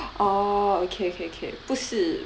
oh okay okay okay 不是